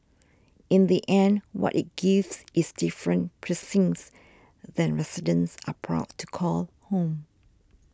in the end what it gives is different precincts that residents are proud to call home